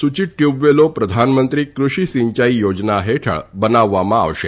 સુચિત ટયુબવેલો પ્રધાનમંત્રી કૃષિ સિંચાઇ યોજના હેઠળ બનાવવામાં આવશે